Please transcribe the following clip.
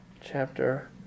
chapter